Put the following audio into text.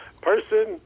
Person